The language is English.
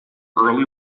early